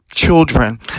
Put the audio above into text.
Children